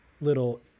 little